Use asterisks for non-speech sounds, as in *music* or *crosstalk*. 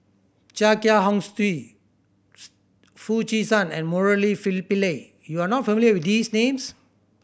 Chia Kiah Hong Steve *unintelligible* Foo Chee San and Murali Pillai you are not familiar with these names